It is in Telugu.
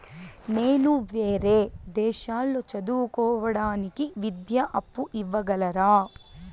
నేను వేరే దేశాల్లో చదువు కోవడానికి విద్యా అప్పు ఇవ్వగలరా?